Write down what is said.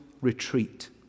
retreat